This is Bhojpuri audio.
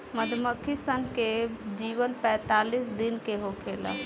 मधुमक्खी सन के जीवन पैतालीस दिन के होखेला